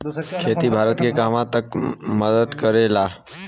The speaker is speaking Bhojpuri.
खेती भारत के कहवा तक मदत करे ला?